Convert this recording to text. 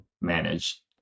manage